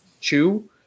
chew